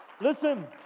Listen